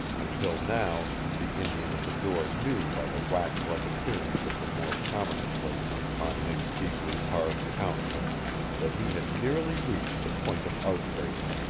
until now the indian at the door knew by the wax-like appearance of the more prominent places on his deeply carved countenance that he had nearly reached the point of outbreak.